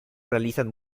realizan